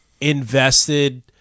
invested